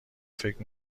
فکر